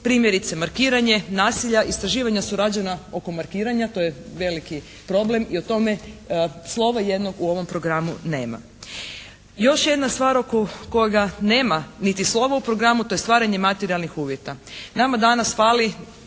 primjerice markiranje, nasilja. Istraživanja su rađena oko markiranja. To je veliki problem i o tome slova jednog u ovom programu nema. Još jedna stvar oko kojega nema niti slova u programu, to je stvaranje materijalnih uvjeta. Nama danas fali